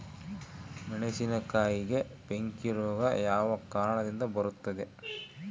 ಮೆಣಸಿನಕಾಯಿಗೆ ಬೆಂಕಿ ರೋಗ ಯಾವ ಕಾರಣದಿಂದ ಬರುತ್ತದೆ?